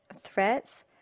threats